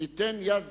ניתן יד